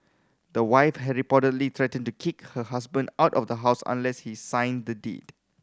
the wife had reportedly threatened to kick her husband out of the house unless he signed the deed